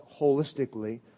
holistically